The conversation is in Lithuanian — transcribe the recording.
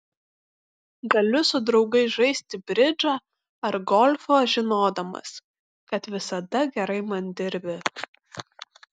galiu su draugais žaisti bridžą ar golfą žinodamas kad visada gerai man dirbi